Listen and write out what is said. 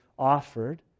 offered